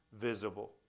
visible